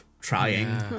trying